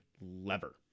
lever